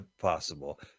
possible